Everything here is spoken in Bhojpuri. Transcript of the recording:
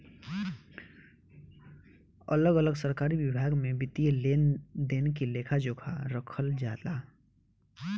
अलग अलग सरकारी विभाग में वित्तीय लेन देन के लेखा जोखा रखल जाला